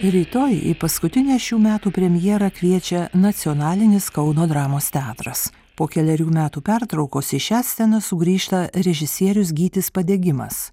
rytoj į paskutinę šių metų premjerą kviečia nacionalinis kauno dramos teatras po kelerių metų pertraukos į šią sceną sugrįžta režisierius gytis padegimas